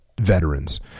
veterans